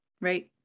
right